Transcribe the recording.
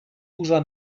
burza